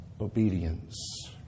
obedience